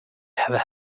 have